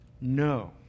no